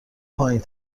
پایین